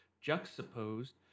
juxtaposed